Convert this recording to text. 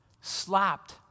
Slapped